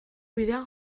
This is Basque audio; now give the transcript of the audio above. bidean